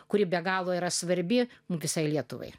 kuri be galo yra svarbi visai lietuvai